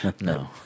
No